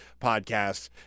podcasts